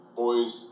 boys